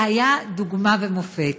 זה היה דוגמה ומופת.